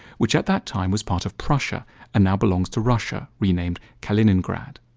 which at that time was part of prussia and now belongs to russia, renamed kaliningrad.